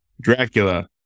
Dracula